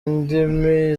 indimi